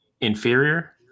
inferior